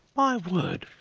my word!